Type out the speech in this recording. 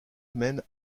mène